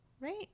Right